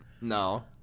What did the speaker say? no